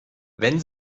wenn